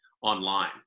online